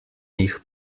jih